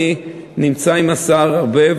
אני נמצא עם השר הרבה,